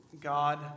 God